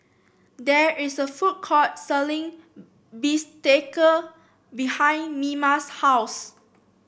there is a food court selling bistake behind Mima's house